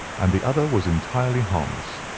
and the other was entirely harmless.